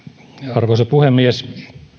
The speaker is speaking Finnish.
arvoisa puhemies